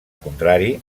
contrari